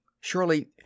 Surely